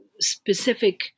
specific